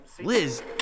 Liz